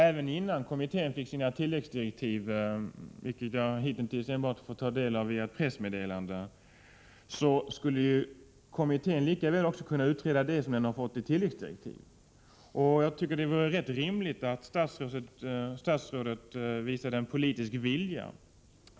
Även innan kommittén fick sina tilläggsdirektiv — vilka jag hitintills enbart har fått ta del av via pressmeddelanden — skulle kommittén mycket väl kunna utreda det som den har fått tilläggsdirektiv om. Jag tycker det vore rimligt om statsrådet visade en politisk vilja.